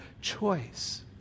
choice